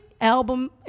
album